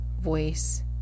voice